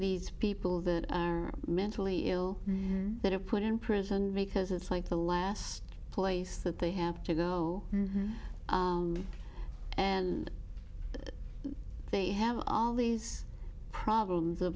these people that are mentally ill that have put in prison because it's like the last place that they have to go and they have all these problems of